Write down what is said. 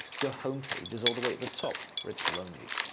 your homepage is all the way at the top, where it's lonely.